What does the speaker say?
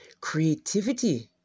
creativity